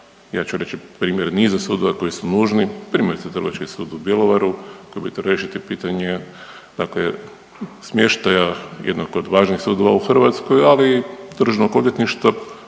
Ja ću reći primjer niza sudova koji su nužni, primjerice Trgovački sud u Bjelovaru trebaju to riješiti pitanje dakle smještaja jednog od važnih sudova u Hrvatskoj, ali i Državnog odvjetništva.